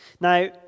Now